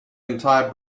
entire